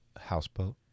houseboat